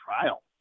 trial